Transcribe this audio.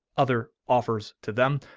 other offers to them,